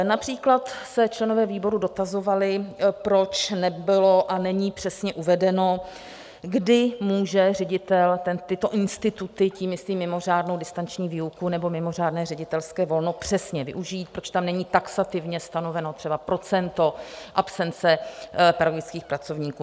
Například se členové výboru dotazovali, proč nebylo a není přesně uvedeno, kdy může ředitel tyto instituty, tím myslím mimořádnou distanční výuku nebo mimořádné ředitelské volno, přesně využít, proč tam není taxativně stanoveno třeba procento absence pedagogických pracovníků.